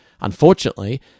unfortunately